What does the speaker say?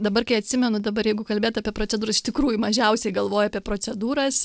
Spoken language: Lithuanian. dabar kai atsimenu dabar jeigu kalbėt apie procedūrą iš tikrųjų mažiausiai galvoji apie procedūras